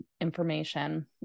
information